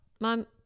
Mom